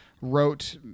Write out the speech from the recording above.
wrote